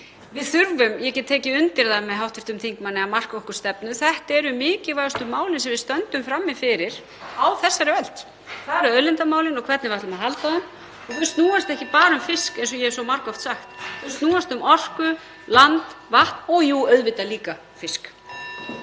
Við þurfum, ég get tekið undir það með hv. þingmanni, að marka okkur stefnu. Þetta eru mikilvægustu málin sem við stöndum frammi fyrir á þessari öld, þ.e. auðlindamálin og hvernig við ætlum að halda á þeim. (Forseti hringir.) Þau snúast ekki bara um fisk eins og ég hef svo margoft sagt, þau snúast um orku, land, vatn og jú, auðvitað líka fisk.